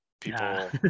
people